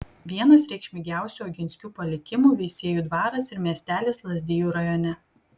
vienas reikšmingiausių oginskių palikimų veisiejų dvaras ir miestelis lazdijų rajone